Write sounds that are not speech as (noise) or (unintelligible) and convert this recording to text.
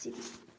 (unintelligible)